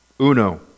Uno